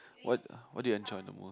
what what did you enjoy the most